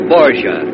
Borgia